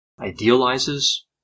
idealizes